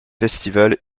festival